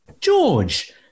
George